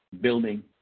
building